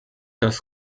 das